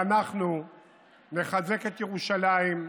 ואנחנו נחזק את ירושלים,